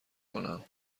کنم